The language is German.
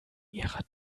ihrer